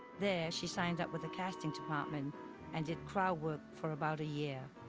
there she signed up with a casting department and did crowd work for about a year.